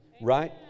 right